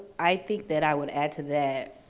i think that i would add to that,